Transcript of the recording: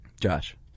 Josh